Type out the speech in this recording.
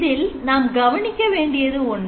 இதில் நாம் கவனிக்க வேண்டியது ஒன்று